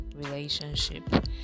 relationship